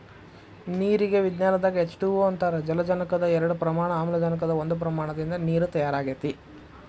ನೇರಿಗೆ ವಿಜ್ಞಾನದಾಗ H two O ಅಂತಾರ ಜಲಜನಕದ ಎರಡ ಪ್ರಮಾಣ ಆಮ್ಲಜನಕದ ಒಂದ ಪ್ರಮಾಣದಿಂದ ನೇರ ತಯಾರ ಆಗೆತಿ